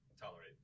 Tolerate